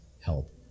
help